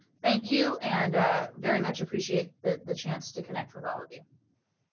thank you and very much appreciate the the chance to connect with all of you.